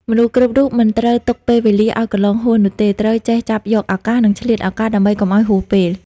មនុស្សគ្រប់រូបមិនត្រូវទុកពេលវេលាឲ្យកន្លងហួសនោះទេ ត្រូវចេះចាប់យកឱកាស និងឆ្លៀតឱកាស ដើម្បីកុំឲ្យហួសពេល។